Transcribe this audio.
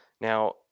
Now